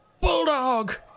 Bulldog